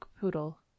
poodle